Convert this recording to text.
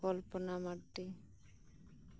Kalpana Mardi